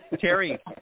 Terry